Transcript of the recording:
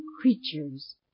creatures